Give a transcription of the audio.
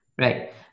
Right